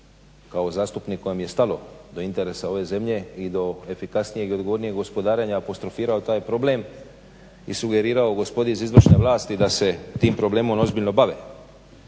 kao zastupnik kojem je stalo do interesa ove zemlje i do efikasnijeg i odgovornijeg gospodarenja apostrofirao taj problem i sugerirao gospodi iz izvršne vlasti da se tim problemom ozbiljno bave.